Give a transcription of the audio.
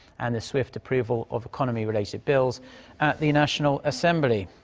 and the swift approval of economy-related bills at the national assembly.